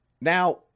Now